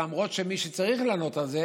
למרות שמי שצריך לענות על זה